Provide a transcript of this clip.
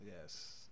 Yes